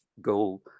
goal